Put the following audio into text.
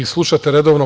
Vi slušate redovno.